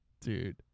Dude